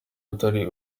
atari